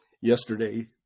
yesterday